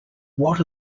what